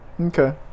Okay